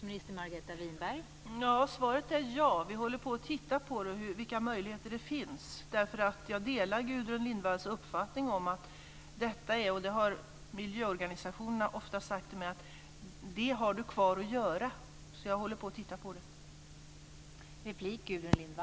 Fru talman! Svaret är ja. Vi håller på att se över vilka möjligheter som finns. Jag delar nämligen Gudrun Lindvalls uppfattning om detta. Miljöorganisationerna har ofta sagt till mig att jag har detta kvar att göra. Så jag håller på att se över detta.